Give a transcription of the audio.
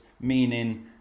meaning